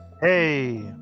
hey